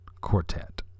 quartet